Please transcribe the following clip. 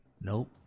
Nope